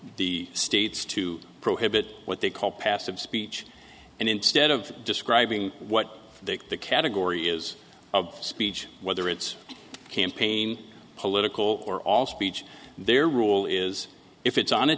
the states to prohibit what they call passive speech and instead of describing what the category is of speech whether it's campaign political or all speech their rule is if it's on a